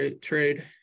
trade